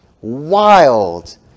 wild